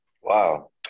wow